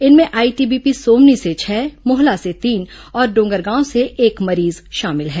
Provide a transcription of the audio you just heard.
इनमें आईटीबीपी सोमनी से छह मोहला से तीन और डोंगरगांव से एक मरीज शामिल है